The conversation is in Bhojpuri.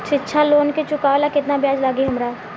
शिक्षा लोन के चुकावेला केतना ब्याज लागि हमरा?